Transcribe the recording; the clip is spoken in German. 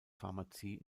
pharmazie